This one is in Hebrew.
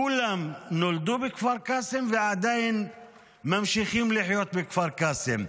כולם נולדו בכפר קאסם ועדיין ממשיכים לחיות בכפר קאסם.